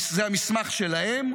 זה המסמך שלהם,